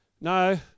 No